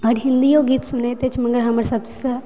आओर हिंदियो गीत सुनैत अछि मगर हमर सबसे